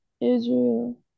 Israel